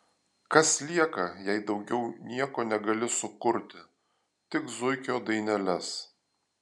kas lieka jei daugiau nieko negali sukurti tik zuikio daineles